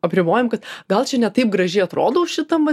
apribojimų kad gal čia ne taip gražiai atrodau šitam va